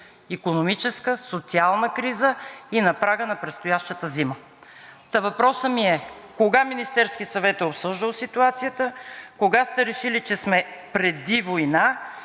икономическа, социална криза и на прага на предстоящата зима. Въпросът ми е: кога Министерският съвет е обсъждал ситуацията, кога сте решили, че сме „преди война“